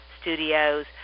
studios